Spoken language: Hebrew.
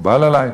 מקובל עלי.